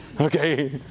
Okay